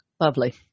Lovely